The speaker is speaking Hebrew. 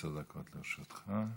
בבקשה, עשר דקות לרשותך.